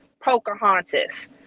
Pocahontas